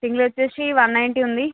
single వచ్చి one ninety ఉంది